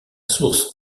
source